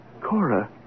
Cora